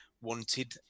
wanted